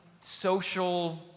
social